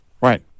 Right